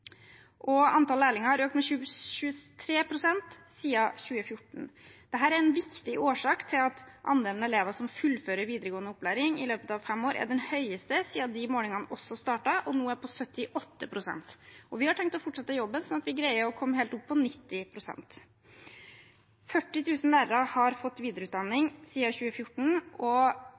Antall lærlinger har økt med 23 pst. siden 2014. Dette er en viktig årsak til at andelen elever som fullfører videregående opplæring i løpet av fem år, er den høyeste siden de målingene også startet, og den er nå på 78 pst. Vi har tenkt å fortsette jobben slik at vi greier å komme helt opp på 90 pst. 40 000 lærere har fått videreutdanning siden 2014, og